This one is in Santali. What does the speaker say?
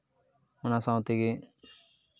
ᱚᱱᱟ ᱥᱟᱶ ᱛᱮᱜᱮ